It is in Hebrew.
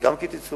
גם הם קיצצו.